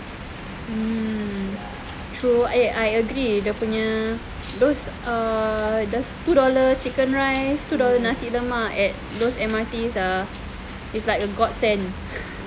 mm true I agree the ya those two dollar chicken rice two dollars nasi lemak at those M_R_T are it's like a god send